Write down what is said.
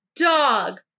dog